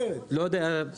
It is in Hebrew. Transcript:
אני לא יודע,